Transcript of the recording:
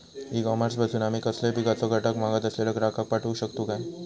E commerce पासून आमी कसलोय पिकाचो घटक मागत असलेल्या ग्राहकाक पाठउक शकतू काय?